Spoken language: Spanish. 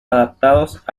adaptados